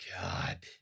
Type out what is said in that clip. God